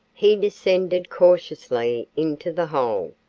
he descended cautiously into the hole.